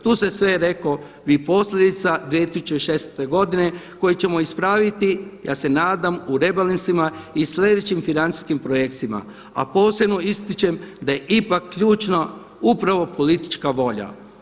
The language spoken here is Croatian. Tu sam sve rekao i o posljedicama 2016. godine koje ćemo ispraviti ja se nadam u rebalansima i slijedećim financijskim projektima, a posebno ističem da je ipak ključna upravo politička volja.